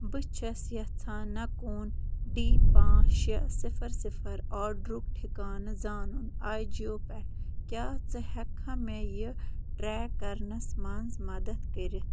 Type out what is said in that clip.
بہٕ چھَس یژھان نَکون ڈی پانٛژھ شےٚ صِفر صِفر آرڈرک ٹھِکانہٕ زانُن آیجیو پٮ۪ٹھ کیٛاہ ژٕ ہؠککھا مےٚ یہِ ٹرٛیک کَرنَس منٛز مدتھ کٔرِتھ